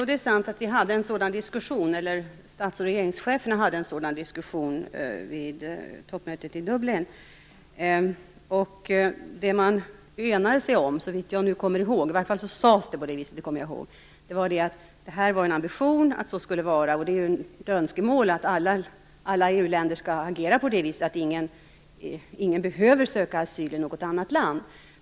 Herr talman! Jo, det är sant att stats och regeringscheferna hade en sådan diskussion vid toppmötet i Dublin. Vad man enades om var, såvitt jag kommer ihåg - i varje fall sades det på det viset, för det kommer jag ihåg - att det var en ambition att så skulle det vara. Det är ju ett önskemål att alla EU-länder agerar på ett sådant vis att ingen behöver söka asyl i något annat land.